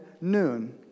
noon